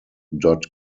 dot